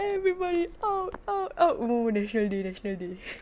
everybody out out out oo national day national day